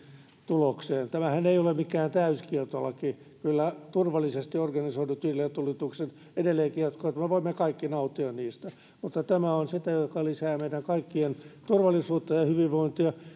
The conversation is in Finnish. tulokseen tämähän ei ole mikään täyskieltolaki kyllä turvallisesti organisoidut ilotulitukset edelleenkin jatkuvat ja me voimme kaikki nauttia niistä mutta tämä on sitä joka lisää meidän kaikkien turvallisuutta ja ja hyvinvointia